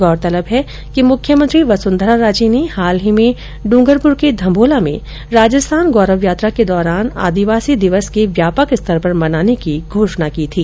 गौरतलब है कि मुख्यमंत्री वसुन्धरा राजे ने हाल ही में डूंगरपुर के धम्बोला में राजस्थान गौरव यात्रा के दौरान आदिवासी दिवस के व्यापक स्तर पर मनाने की घोषणा की थी